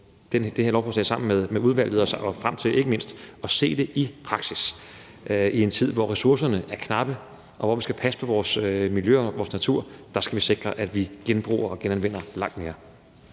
det her lovforslag sammen med udvalget og ikke mindst frem til at se det i praksis. I en tid, hvor ressourcerne er knappe, og hvor vi skal passe på vores miljø og vores natur, skal vi sikre, at vi genbruger og genanvender langt mere.